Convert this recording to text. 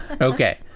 Okay